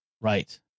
Right